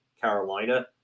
Carolina